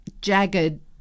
jagged